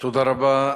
תודה רבה.